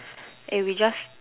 we just